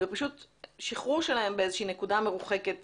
ופשוט שחרור שלהם באיזושהי נקודה מרוחקת